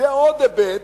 זה עוד היבט,